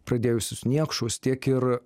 pradėjusius niekšus tiek ir